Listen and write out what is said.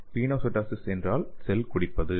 pinocytosis என்றால் 'cell குடிப்பது'